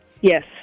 Yes